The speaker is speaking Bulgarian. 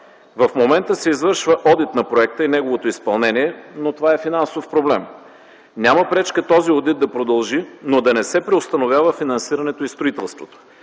В момента се извършва одит на проекта и неговото изпълнение, но това е финансов проблем. Няма пречка този одит да продължи, но да не се преустановява финансирането и строителството.